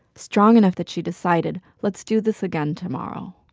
strong enough that she decided, let's do this again tomorrow.